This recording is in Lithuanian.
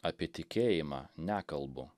apie tikėjimą nekalbu